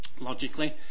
logically